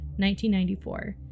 1994